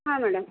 हां मॅडम